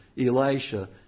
Elisha